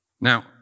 Now